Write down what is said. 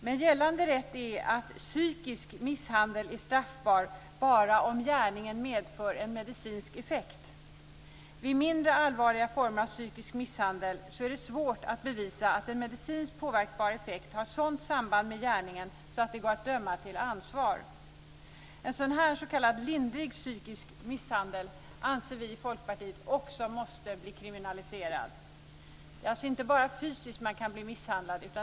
Men gällande rätt är att psykisk misshandel är straffbar bara om gärningen medför en medicinsk effekt. Vid mindre allvarliga former av psykisk misshandel är det svårt att bevisa att en medicinskt påverkbar effekt har ett sådant samband med gärningen att det går att döma till ansvar. En sådan här s.k. lindrig psykisk misshandel anser vi i Folkpartiet också måste bli kriminaliserad. Det är alltså inte bara fysiskt som man kan bli misshandlad.